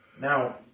Now